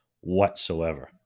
whatsoever